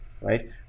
right